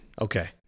Okay